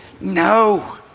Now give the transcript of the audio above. No